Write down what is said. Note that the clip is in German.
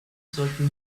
sollten